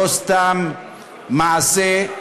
לא סתם מעשה.